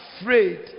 afraid